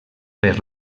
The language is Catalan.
per